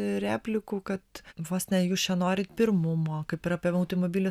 replikų kad vos ne jūs čia norit pirmumo kaip ir apie automobilį